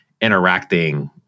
interacting